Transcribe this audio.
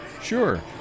Sure